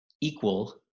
equal